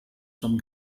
some